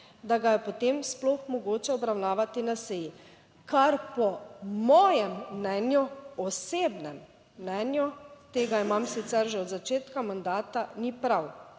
da ga je potem sploh mogoče obravnavati na seji, kar po mojem mnenju, osebnem mnenju, tega imam sicer že od začetka mandata, ni prav.